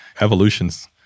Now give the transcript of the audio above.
Evolution's